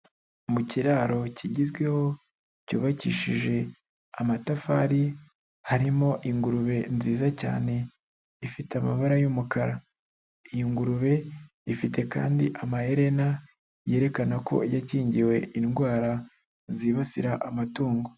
Mu kiraro kigezweho cyubakishije amatafari, harimo ingurube nziza cyane ifite amabara y'umukara, ingurube ifite kandi amaherena yerekana ko yakingiwe indwara zibasira amatungo.